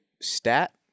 stat